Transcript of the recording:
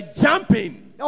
jumping